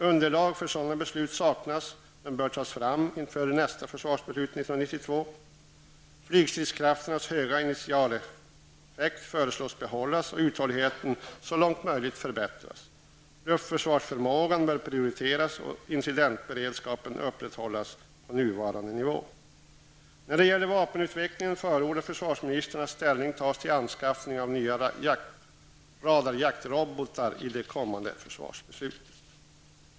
Underlag för sådana beslut saknas men bör tas fram inför nästa försvarsbeslut år 1992. Flygstridskrafternas höga initialeffekt föreslås behållas och uthålligheten så långt möjligt förbättras. Luftförsvarsförmågan bör prioriteras och incidentberedskapen upprätthållas på nuvarande nivå. När det gäller vapenutvecklingen förordar försvarsministern att ställning tas till anskaffning av nya radarjaktrobotar i det kommande försvarsbeslutet.